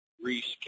Reese